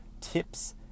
tips